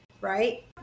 right